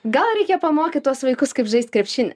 gal reikia pamokyt tuos vaikus kaip žaist krepšinį